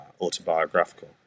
autobiographical